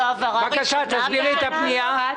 תסבירי בבקשה את הפנייה.